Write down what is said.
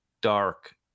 Dark